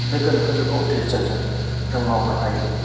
बे गोनोखो जुगाव डिजिटेलजों जों मावनो हायो